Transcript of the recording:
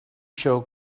show